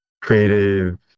creative